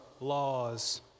laws